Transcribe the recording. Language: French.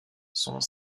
sont